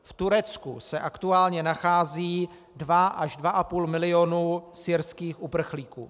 V Turecku se aktuálně nachází dva až dva a půl milionu syrských uprchlíků.